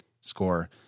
score